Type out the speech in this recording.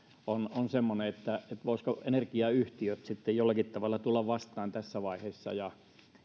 on on semmoinen voisivatko energiayhtiöt jollakin tavalla tulla vastaan tässä vaiheessa ja